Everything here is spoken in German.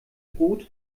brot